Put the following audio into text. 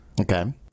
Okay